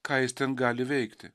ką jis ten gali veikti